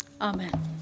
Amen